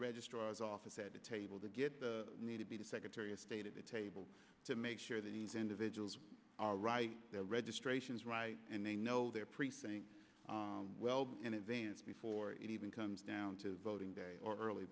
registrar's office at the table to get the need to be the secretary of state at the table to make sure that these individuals are right there registrations right and they know their precinct well in advance before it even comes down to voting day or early